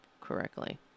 correctly